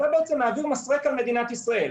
אתה מעביר מסרק על מדינת ישראל.